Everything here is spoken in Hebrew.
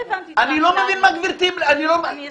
אני לא מבין מה גברתי --- אני אסביר.